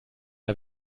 der